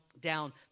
down